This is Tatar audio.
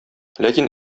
ләкин